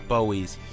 Bowie's